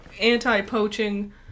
anti-poaching